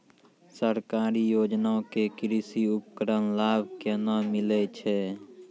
सरकारी योजना के कृषि उपकरण लाभ केना मिलै छै?